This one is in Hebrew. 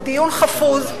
בדיון חפוז,